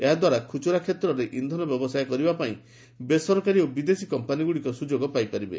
ଏହାଦ୍ୱାରା ଖୁଚୁରା କ୍ଷେତ୍ରରେ ଇନ୍ଧନ ବ୍ୟବସାୟ କରିବା ପାଇଁ ବେସରକାରୀ ଓ ବିଦେଶୀ କମ୍ପାନୀଗୁଡ଼ିକ ସୁଯୋଗ ପାଇପାରିବେ